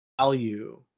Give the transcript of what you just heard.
value